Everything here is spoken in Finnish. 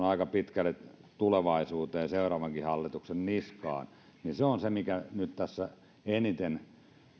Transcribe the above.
aika pitkälle tulevaisuuteen seuraavankin hallituksen niskaan on se mikä nyt tässä eniten